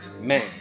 man